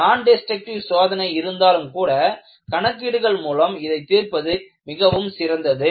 நான் டெஸ்ட்ரக்ட்டிவ் சோதனை இருந்தாலும் கூட கணக்கீடுகள் மூலம் இதை தீர்ப்பது மிகவும் சிறந்தது